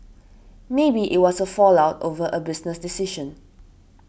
maybe it was a fallout over a business decision